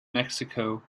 mexico